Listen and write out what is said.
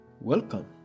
Welcome